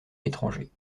l’étranger